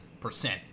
percent